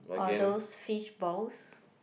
or those fishballs